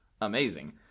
amazing